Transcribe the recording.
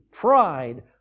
pride